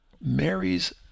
Mary's